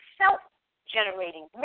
self-generating